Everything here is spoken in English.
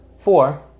four